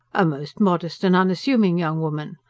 a most modest and unassuming young woman,